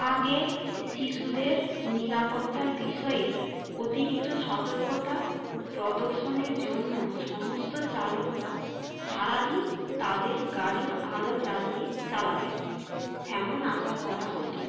আগে শিশুদের নিরাপত্তার বিষয়ে অতিরিক্ত সতর্কতা প্রদর্শনের জন্য সমস্ত চালকরা সারা দিন তাদের গাড়ির আলো জ্বালিয়ে চালাবে এমন আশা করা হতো